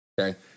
Okay